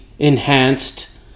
enhanced